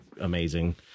amazing